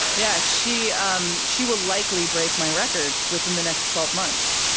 yeah she um she will likely break my record within the next twelve months.